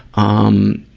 um,